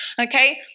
Okay